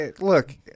Look